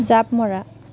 জাঁপ মৰা